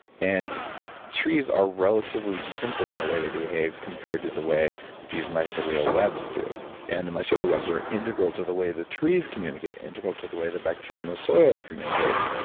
and trees are relatively simple in the way they behave compared to the way these mycelial webs do. and the mycelial webs are integral to the way the trees communicate, integral to the way the bacteria in the soil communicates.